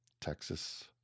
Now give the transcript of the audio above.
Texas